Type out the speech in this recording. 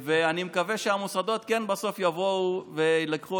אני מקווה שהמוסדות בסוף כן יבואו וייקחו